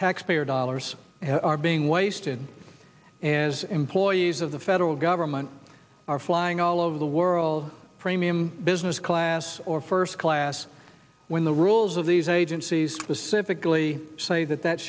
taxpayer dollars are being wasted and as employees of the federal government are flying all over the world premium business class or first class when the rules of these agencies the civically say that that